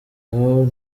aho